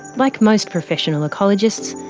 like most professional ecologists,